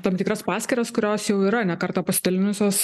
tam tikras paskyras kurios jau yra ne kartą pasidalinusios